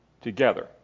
together